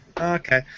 Okay